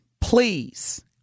Please